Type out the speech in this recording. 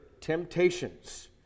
temptations